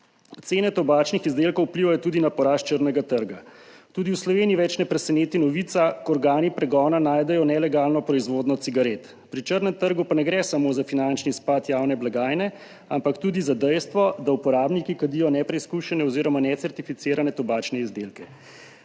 Cene tobačnih izdelkov vplivajo tudi na porast črnega trga. Tudi v Sloveniji več ne preseneti novica, ko organi pregona najdejo nelegalno proizvodnjo cigaret. Pri črnem trgu pa ne gre samo za finančni izpad javne blagajne, ampak tudi za dejstvo, da uporabniki kadijo nepreizkušene oziroma necertificirane tobačne izdelke.